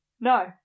No